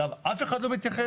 אליו אף אחד לא מתייחס.